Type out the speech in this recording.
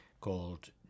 called